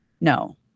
No